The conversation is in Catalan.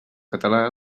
català